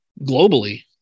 globally